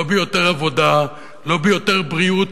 לא ביותר עבודה, לא ביותר בריאות,